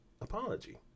apology